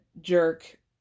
jerk